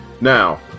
Now